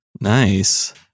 Nice